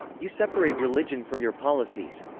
you separate religion from your policies,